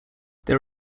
there